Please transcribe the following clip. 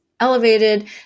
elevated